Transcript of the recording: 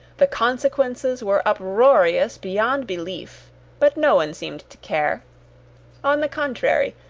the consequences were uproarious beyond belief but no one seemed to care on the contrary,